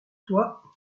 toi